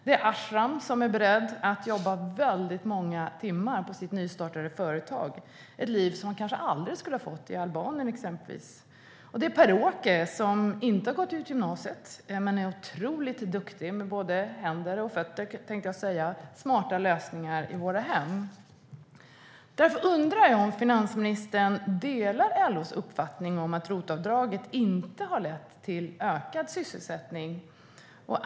Det är Ashram som är beredd att arbeta väldigt många timmar på sitt nystartade företag för att få ett liv som han kanske aldrig skulle ha fått i Albanien. Det är Per-Åke som inte har gått ut gymnasiet men som är otroligt duktig med sina händer och på smarta lösningar i våra hem. Jag undrar om finansministern delar LO:s uppfattning att ROT-avdraget inte har lett till ökad sysselsättning.